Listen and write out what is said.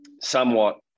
somewhat